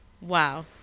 Wow